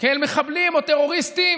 כאל מחבלים או טרוריסטים